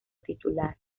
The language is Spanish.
titular